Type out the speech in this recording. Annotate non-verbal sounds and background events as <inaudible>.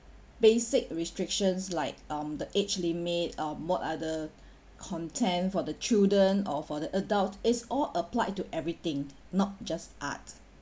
basic restrictions like um the age limit um what are the <breath> content for the children or for the adult is or applied to everything not just art